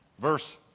verse